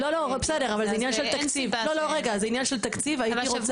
לא לא רגע זה עניין של תקציב, הייתי רוצה.